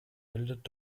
bildet